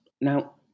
Now